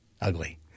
ugly